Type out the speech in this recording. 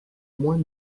moins